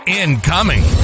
incoming